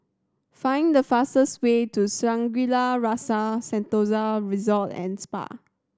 find the fastest way to Shangri La's Rasa Sentosa Resort and Spa